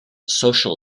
social